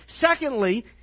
Secondly